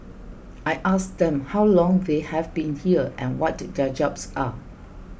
I asked them how long they have been here and what their jobs are